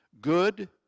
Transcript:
Good